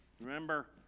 Remember